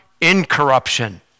incorruption